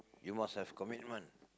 you must have commitment